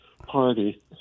party